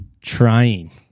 trying